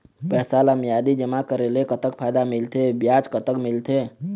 पैसा ला मियादी जमा करेले, कतक फायदा मिलथे, ब्याज कतक मिलथे?